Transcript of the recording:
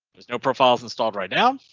there's no profiles installed right now.